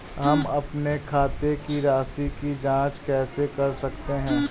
हम अपने खाते की राशि की जाँच कैसे कर सकते हैं?